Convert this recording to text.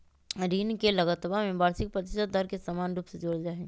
ऋण के लगतवा में वार्षिक प्रतिशत दर के समान रूप से जोडल जाहई